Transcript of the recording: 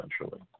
essentially